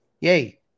Yay